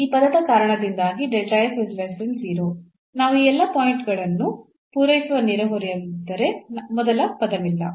ಈ ಪದದ ಕಾರಣದಿಂದಾಗಿ ನಾವು ಈ ಎಲ್ಲಾ ಪಾಯಿಂಟ್ಗಳನ್ನು ಪೂರೈಸುವ ನೆರೆಹೊರೆಯಲ್ಲಿದ್ದರೆ ಮೊದಲ ಪದವಿಲ್ಲ